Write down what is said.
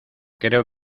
creo